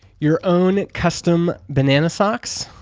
your own custom banana socks?